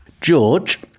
George